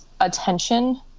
attention